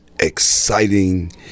exciting